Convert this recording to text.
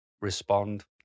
respond